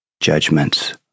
judgments